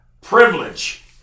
privilege